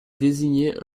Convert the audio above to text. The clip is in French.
désignait